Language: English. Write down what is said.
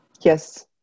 Yes